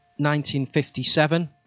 1957